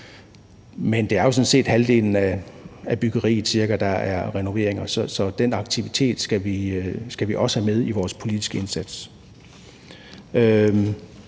men det er jo sådan set cirka halvdelen af byggeriet, der er renoveringer, så den aktivitet skal vi også have med i vores politiske indsats.